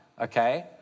okay